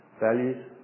values